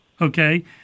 okay